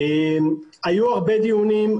היו הרבה דיונים,